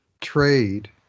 trade